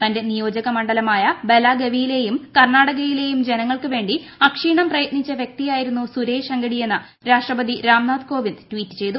തന്റെ നിയോജക മണ്ഡലമായ ബലഗവിയിലെയും കർണാടകത്തിലെയും ജനങ്ങൾക്കു വേണ്ടി അക്ഷീണം പ്രയത്നിച്ച വൃക്തിയായിരുന്നു സുരേഷ് അംഗഡിയെന്ന് രാഷ്ട്രപതി രാംനാഥ് കോവിന്ദ് ട്വീറ്റ് ചെയ്തു